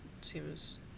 seems